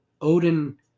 Odin